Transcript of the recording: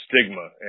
stigma